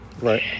Right